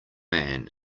man